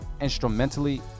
instrumentally